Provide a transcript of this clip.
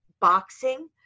Boxing